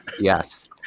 Yes